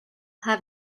have